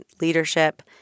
leadership